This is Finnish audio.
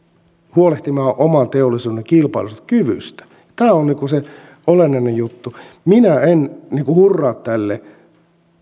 huolehtimaan oman teollisuutensa kilpailukyvystä tämä on se olennainen juttu minä en hurraa tälle